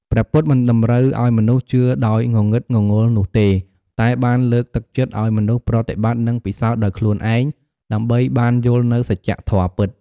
ព្រះពុទ្ធមិនតម្រូវឱ្យមនុស្សជឿដោយងងឹតងងល់នោះទេ តែបានលើកទឹកចិត្តឱ្យមនុស្សប្រតិបត្តិ និងពិសោធន៍ដោយខ្លួនឯង ដើម្បីបានយល់នូវសច្ចធម៌ពិត។